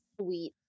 sweet